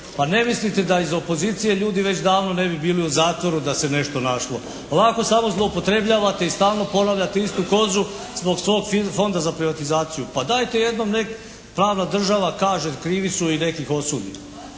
pa ne mislite da iz opozicije ljudi već davno ne bi bilo u zatvoru da se nešto našlo. Ovako samo zloupotrebljavate i stalno ponavljate istu … zbog svog Fonda za privatizaciju. Pa dajte jednom nek' pravna država kaže krivi su i nek' ih osudi.